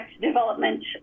Development